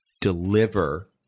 deliver